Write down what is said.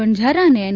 વણઝારા અને એન